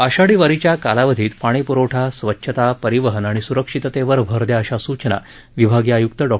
आषाढी वारीच्या कालावधीत पाणी पुरवठा स्वच्छता परिवहन आणि सुरक्षिततेवर भर द्या अशा सूचना विभागीय आयुक्त डॉ